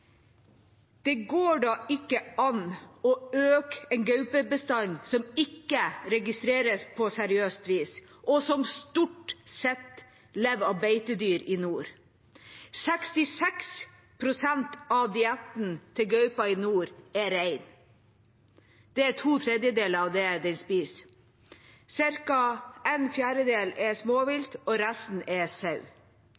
Det går da ikke an å øke en gaupebestand som ikke registreres på seriøst vis, og som stort sett lever av beitedyr i nord. 66 pst. av gaupas diett i nord er rein. Det er to tredjedeler av det den spiser. Cirka en fjerdedel er